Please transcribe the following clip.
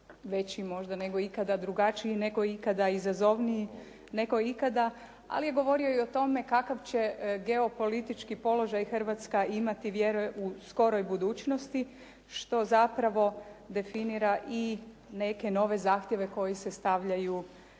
veći možda nego ikada, drugačiji nego ikada, izazovniji nego ikada ali je govorio i o tome kakav će geopolitički položaj Hrvatska imati vjeruje u skoroj budućnosti što zapravo definira i neke nove zahtjeve koji se stavljaju